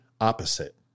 opposite